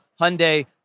Hyundai